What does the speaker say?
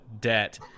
debt